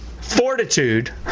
fortitude